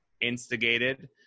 instigated